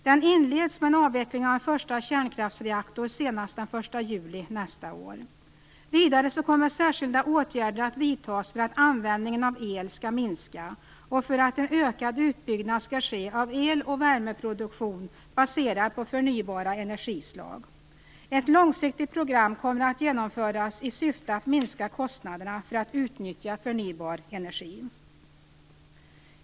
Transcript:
Den inleds med avveckling av en första kärnkraftsreaktor senast den 1 juli nästa år. Vidare kommer särskilda åtgärder att vidtas för att användningen av el skall minska och för att en ökad utbyggnad av el och värmeproduktion baserad på förnybara energislag skall ske. Ett långsiktigt program kommer att genomföras i syfte att minska kostnaderna för att utnyttja förnybar energi.